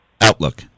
Outlook